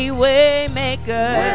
waymaker